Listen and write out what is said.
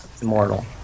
Immortal